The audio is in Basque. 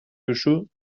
duzu